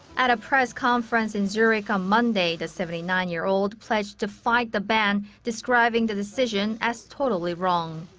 at a press conference in zurich on ah monday, the seventy nine year old pledged to fight the ban, describing the decision as totally wrong.